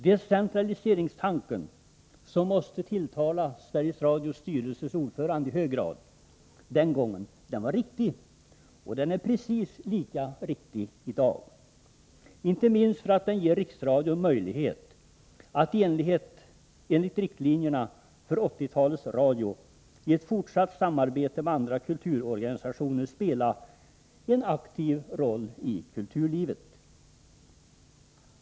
Decentraliseringstanken — som måste tilltala Sveriges Radios styrelses ordförande i hög grad — var riktig den gången, och den är precis lika riktig i dag. Inte minst för att den ger Riksradion möjlighet att, enligt riktlinjerna för 80-talets radio, i ett fortsatt samarbete med andra kulturorganisationer spela en aktiv roll i kulturlivet.